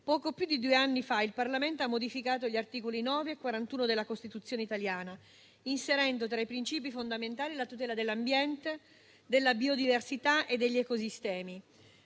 Poco più di due anni fa il Parlamento ha modificato gli articoli 9 e 41 della Costituzione italiana, inserendo tra i principi fondamentali la tutela dell'ambiente, della biodiversità e degli ecosistemi.